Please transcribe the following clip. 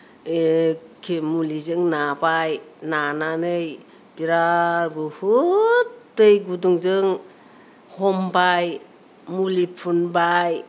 एक्खे मुलिजों नाबाय नानानै बिराद बुहुद दै गुदुंजों हमबाय मुलि फुनबाय